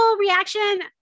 reaction